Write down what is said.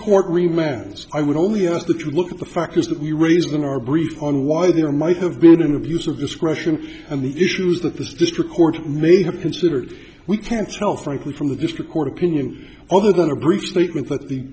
court reminds i would only ask that you look at the factors that we raised in our brief on why there might have been an abuse of discretion and the issues that this district court may have considered we can't tell frankly from the district court opinion other than a brief statement that the